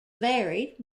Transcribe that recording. varied